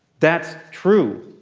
that's true.